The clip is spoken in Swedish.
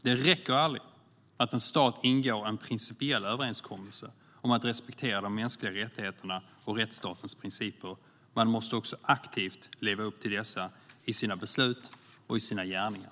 Det räcker aldrig att en stat ingår en principiell överenskommelse om att respektera de mänskliga rättigheterna och rättsstatens principer. Man måste också aktivt leva upp till dessa i sina beslut och i sina gärningar.